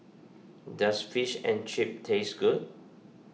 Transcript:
does Fish and Chips taste good